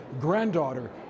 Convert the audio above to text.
granddaughter